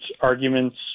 arguments